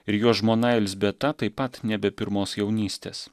ir jo žmona elzbieta taip pat nebe pirmos jaunystės